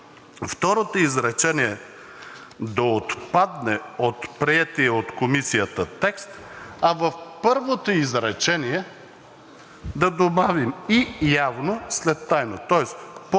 второто изречение да отпадне от приетия от Комисията текст, а в първото изречение да добавим „и явно“ след „тайно“,